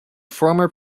former